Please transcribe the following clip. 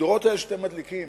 המדורות האלה שאתם מדליקים